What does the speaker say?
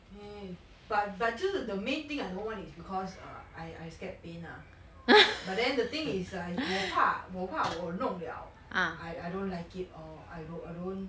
mm but but 就是 the main thing I don't want is because err I I scared pain ah but then the thing is err 我怕我怕我弄 liao I I don't like it or I don't I don't